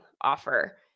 offer